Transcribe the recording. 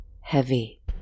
Heavy